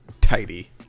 Tidy